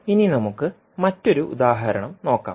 ഇനി നമുക്ക് മറ്റൊരു ഉദാഹരണം നോക്കാം